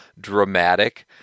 dramatic